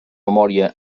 memòria